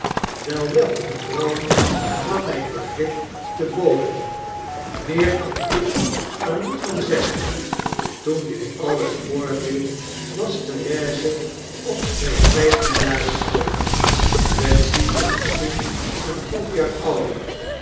wel wel die vrouwen gaan myn begrip te boven meer kan ik er niet van zeggen toen dit alles voorviel was therese omstreeks vyftien jaren oud betsy was misschien een half jaar ouder